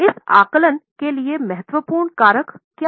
इस आकलन के लिए महत्वपूर्ण कारक क्या हैं